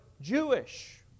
Jewish